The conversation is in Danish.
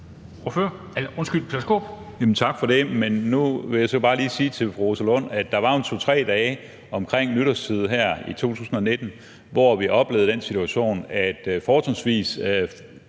Nu vil jeg så bare lige sige til fru Rosa Lund, at der jo var 2-3 dage omkring nytårstid i 2019, hvor vi oplevede den situation, at fortrinsvis